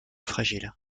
fragile